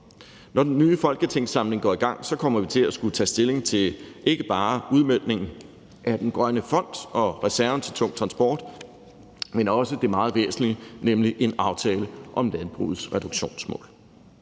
Når den nye folketingssamling går i gang, kommer vi til at skulle tage stilling til ikke bare udmøntningen af den grønne fond og reserven i forhold til tung transport, men også det meget væsentlige, nemlig en aftale om landbrugets reduktionsmål.